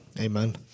Amen